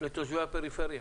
תושבי הפריפריה.